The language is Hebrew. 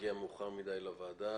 הגיע מאוחר מדי לוועדה